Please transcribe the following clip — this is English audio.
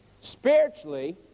spiritually